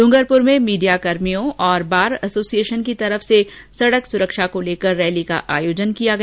ड्रंगरपुर में मीडियाकर्मियों और बार एसोसिएशन की तरफ से सड़क सुरक्षा को लेकर एक रैली का आयोजन किया गया